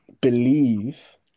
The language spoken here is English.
believe